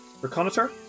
Reconnoiter